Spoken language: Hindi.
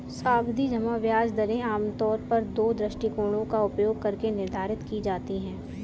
सावधि जमा ब्याज दरें आमतौर पर दो दृष्टिकोणों का उपयोग करके निर्धारित की जाती है